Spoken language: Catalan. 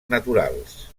naturals